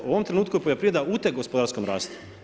U ovom trenutku je poljoprivreda uteg gospodarskom rastu.